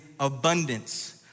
Abundance